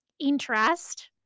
interest